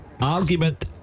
argument